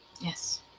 Yes